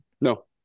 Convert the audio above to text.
No